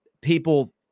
people